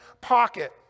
pocket